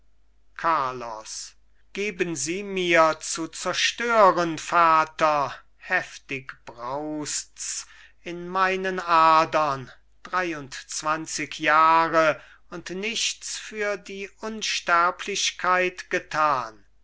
carlos geben sie mir zu zerstören vater heftig brausts in meinen adern dreiundzwanzig jahre und nichts für die unsterblichkeit getan